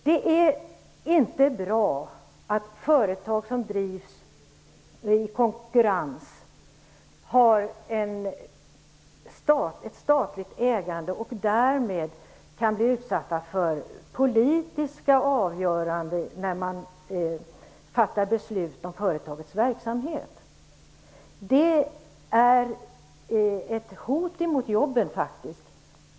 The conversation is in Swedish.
Det är inte bra att företag som drivs i konkurrens har ett statligt ägande och därmed kan bli utsatta för politiska avgöranden där man fattar beslut om företagets verksamhet. Det är faktiskt ett hot mot jobben.